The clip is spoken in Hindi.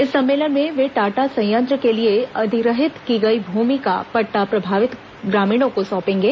इस सम्मेलन में वे टाटा संयंत्र के लिए अधिग्रहित की गई भूमि का पट्टा प्रभावित ग्रामीणों को सौंपेंगे